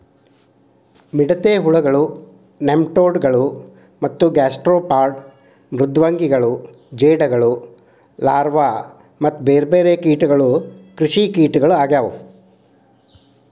ಮಿಡತೆ ಹುಳಗಳು, ನೆಮಟೋಡ್ ಗಳು ಮತ್ತ ಗ್ಯಾಸ್ಟ್ರೋಪಾಡ್ ಮೃದ್ವಂಗಿಗಳು ಜೇಡಗಳು ಲಾರ್ವಾ ಮತ್ತ ಬೇರ್ಬೇರೆ ಕೇಟಗಳು ಕೃಷಿಕೇಟ ಆಗ್ಯವು